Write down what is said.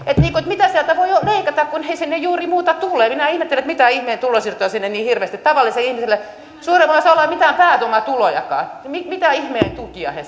mitä sieltä voi leikata kun ei sinne juuri muuta tule minä ihmettelen mitä ihmeen tulosiirtoja sinne niin hirveästi tavalliselle ihmiselle on kun suurimmalla osalla ei ole mitään pääomatulojakaan niin mitä ihmeen tukia he